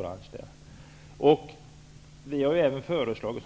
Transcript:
Som Lars Bäckström vet har vi föreslagit